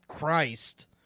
Christ